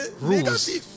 rules